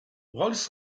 rolls